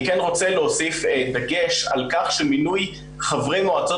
אני כן רוצה להוסיף דגש על כך שמינוי חברי מועצות